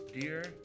Dear